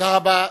תודה רבה.